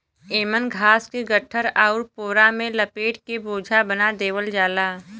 एमन घास के गट्ठर आउर पोरा में लपेट के बोझा बना देवल जाला